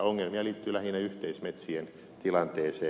ongelmia liittyy lähinnä yhteismetsien tilanteeseen